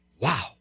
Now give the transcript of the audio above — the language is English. Wow